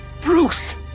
Bruce